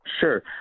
Sure